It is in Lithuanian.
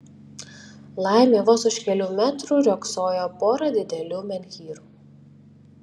laimė vos už kelių metrų riogsojo pora didelių menhyrų